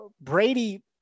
Brady